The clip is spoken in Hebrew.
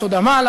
ביסוד-המעלה,